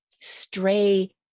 stray